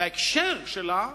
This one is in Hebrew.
וההקשר שלה,